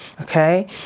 Okay